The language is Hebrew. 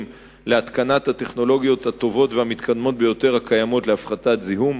להתקנת הטכנולוגיות הטובות והמתקדמות ביותר הקיימות להפחתת זיהום,